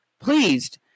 pleased